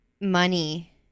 money